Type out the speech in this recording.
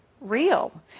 real